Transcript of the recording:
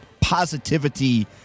positivity